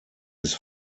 his